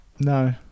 No